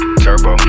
turbo